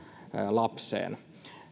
lapseen